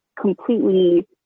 completely